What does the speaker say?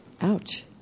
ouch